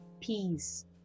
peace